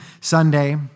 Sunday